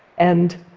and